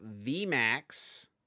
VMAX